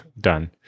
done